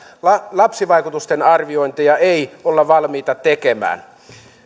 lapsivaikutusten arviointeja ei olla valmiita tekemään